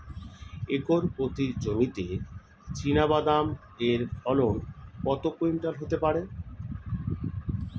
Acre প্রতি জমিতে চীনাবাদাম এর ফলন কত কুইন্টাল হতে পারে?